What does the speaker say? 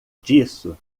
disso